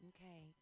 Okay